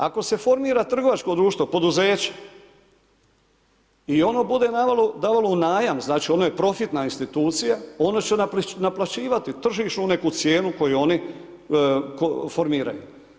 Ako se formira trgovačko društvo, poduzeće, i ono bude davalo u najam, znači ono je profitna institucija, ono će naplaćivati tržišnu neku cijenu, koju oni formiraju.